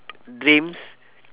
dreams